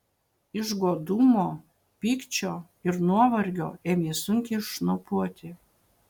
iš godumo pykčio ir nuovargio ėmė sunkiai šnopuoti